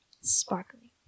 sparkly